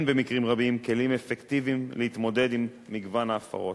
במקרים רבים כלים אפקטיביים להתמודד עם מגוון ההפרות.